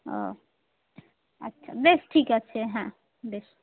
ও আচ্ছা বেশ ঠিক আছে হ্যাঁ বেশ